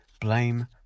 blame